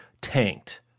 tanked